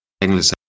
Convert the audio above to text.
English